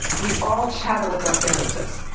we all chatter with our fingertips.